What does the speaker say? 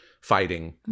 fighting